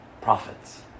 prophets